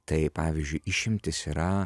tai pavyzdžiui išimtis yra